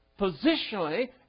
positionally